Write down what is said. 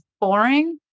boring